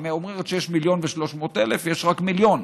היא אומרת שיש 1.3 מיליון ויש רק מיליון.